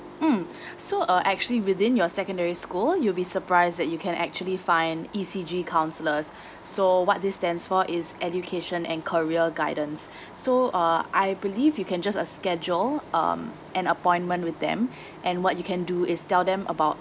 mmhmm so uh actually within your secondary school you'll be surprised that you can actually find E_C_G counsellors so what this stands for is education and career guidance so uh I believe you can just uh schedule um an appointment with them and what you can do is tell them about